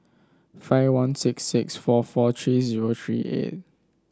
five one six six four four three zero three eight